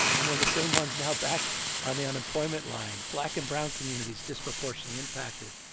and they're the same ones now back on the unemployment line, black and brown communities disproportionately impacted.